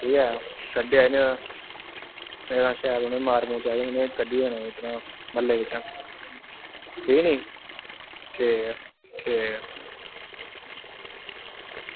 ठीक ऐ शड्डेओ नी शैल उनेंगी मार मूर चाढ़नी उनेंगी कड्ढी देनां इद्धरा दा म्ह्ल्ले बिच्चा दा ठीक ऐ नी ठीक ऐ ठीक ऐ